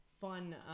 fun